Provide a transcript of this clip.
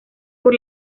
por